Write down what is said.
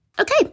Okay